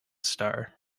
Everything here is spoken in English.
star